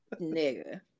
Nigga